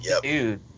Dude